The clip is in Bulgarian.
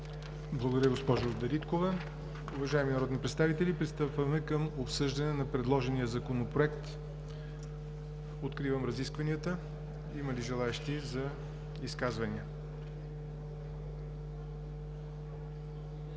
Благодаря Ви, госпожо Дариткова. Уважаеми народни представители, пристъпваме към обсъждане на предложения законопроект. Откривам разискванията. Има ли желаещи за изказвания?